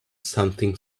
something